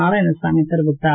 நாராயணசாமி தெரிவித்தார்